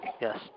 yes